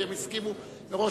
כי הם הסכימו מראש,